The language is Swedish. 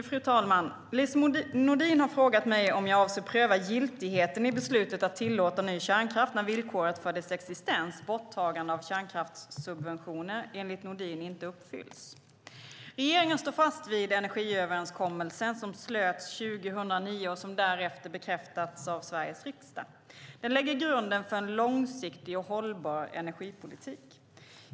Fru talman! Lise Nordin har frågat mig om jag avser att pröva giltigheten i beslutet att tillåta ny kärnkraft när villkoret för dess existens, borttagande av kärnkraftssubventioner, enligt Nordin inte uppfylls. Regeringen står fast vid energiöverenskommelsen som slöts 2009 och som därefter bekräftats av Sveriges riksdag. Den lägger grunden för en långsiktig och hållbar energipolitik.